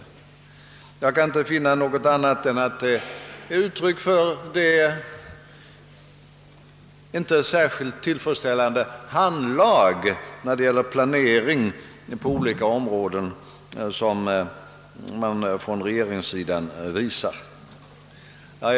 Jag kan inte finna annat än att detta är uttryck för det inte särskilt tillfredsställande handlag när det gäller planering på olika områden som man från regeringssidan visar.